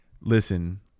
Listen